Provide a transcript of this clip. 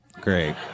Great